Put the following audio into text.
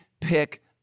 pick